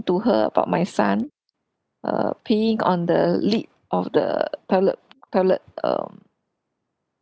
to her about my son uh peeing on the lid of the toilet toilet um